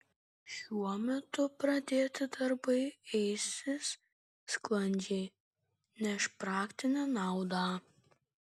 šiuo metu pradėti darbai eisis sklandžiai neš praktinę naudą